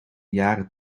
jaren